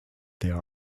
there